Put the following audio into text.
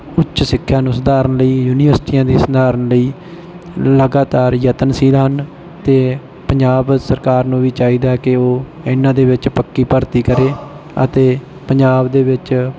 ਉੱਚ ਸਿੱਖਿਆ ਨੂੰ ਸੁਧਾਰਨ ਲਈ ਯੂਨੀਵਰਸਿਟੀਆਂ ਦੇ ਸਧਾਰਨ ਲਈ ਲਗਾਤਾਰ ਯਤਨਸ਼ੀਲ ਹਨ ਅਤੇ ਪੰਜਾਬ ਸਰਕਾਰ ਨੂੰ ਵੀ ਚਾਹੀਦਾ ਕਿ ਉਹ ਇਹਨਾਂ ਦੇ ਵਿੱਚ ਪੱਕੀ ਭਰਤੀ ਕਰੇ ਅਤੇ ਪੰਜਾਬ ਦੇ ਵਿੱਚ